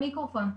מיקרופון,